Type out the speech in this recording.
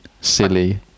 silly